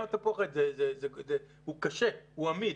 תפוח עץ הוא קשה, הוא עמיד.